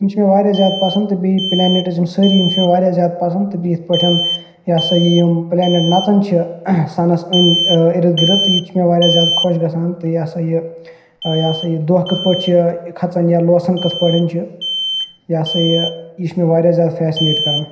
یِم چھِ مےٚ واریاہ زیادٕ پَسنٛد تہٕ بیٚیہِ پٕلینٮ۪ٹٕز یِم سٲری یِم چھِ مےٚ واریاہ زیادٕ پَسنٛد تہٕ بیٚیہِ یِتھ پٲٹھۍ یہِ ہَسا یہِ یِم پٕلینٮ۪ٹ نَژان چھِ سَنَس أنٛدۍ اِرٕد گِرٕد تہٕ یہِ تہِ چھِ مےٚ واریاہ زیادٕ خۄش گَژھان تہٕ یہِ ہَسا یہِ یہِ ہَسا یہِ دۄہ کِتھ پٲٹھۍ چھِ یہِ کھَژان یا لوسان کِتھ پٲٹھۍ چھِ یہِ ہَسا یہِ یہِ چھِ مےٚ واریاہ زیادٕ فیسِنیٹ کَران